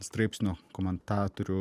straipsnio komentatorių